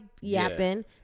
yapping